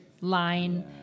line